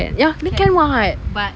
can ya then can what